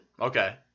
Okay